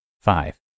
Five